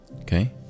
okay